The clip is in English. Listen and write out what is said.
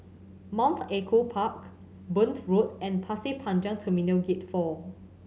Mount Echo Park Burn Road and Pasir Panjang Terminal Gate Four